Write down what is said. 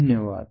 धन्यवाद